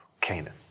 Canaan